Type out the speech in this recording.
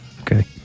Okay